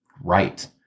right